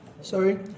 Sorry